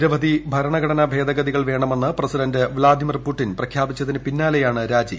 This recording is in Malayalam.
നിരവധി ഭരണഘടനാ ഭേദഗതികൾ വേണമെന്ന് പ്രസിഡന്റ് വ്ളാഡിമിർ പുടിൻ പ്രഖ്യാപിച്ചതിന് പിന്നാലെയാണ് രാജി